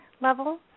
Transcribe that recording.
level